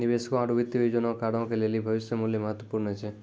निवेशकों आरु वित्तीय योजनाकारो के लेली भविष्य मुल्य महत्वपूर्ण छै